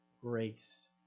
grace